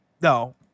no